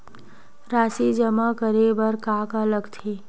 राशि जमा करे बर का का लगथे?